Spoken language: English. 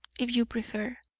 if you prefer,